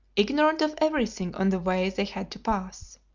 ignorant of everything on the way they had to pass.